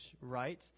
right